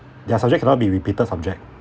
their subject cannot be repeated subject